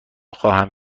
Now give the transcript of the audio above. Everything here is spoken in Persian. خواهم